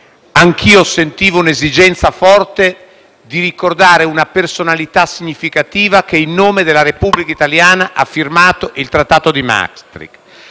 anch'io sentivo la forte esigenza di ricordare una personalità significativa, che in nome della Repubblica italiana ha firmato il Trattato di Maastricht.